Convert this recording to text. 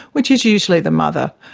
which is usually the mother.